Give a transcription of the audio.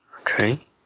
Okay